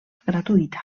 gratuïta